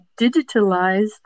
digitalized